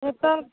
ओतय